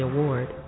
Award